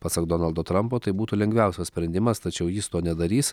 pasak donaldo trampo tai būtų lengviausias sprendimas tačiau jis to nedarys